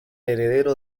heredero